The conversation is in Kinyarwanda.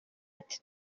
ati